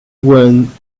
went